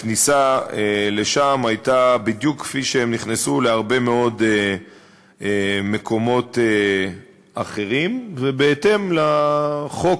הכניסה לשם הייתה בדיוק כפי שנכנסו להרבה מאוד מקומות אחרים ובהתאם לחוק